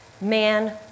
Man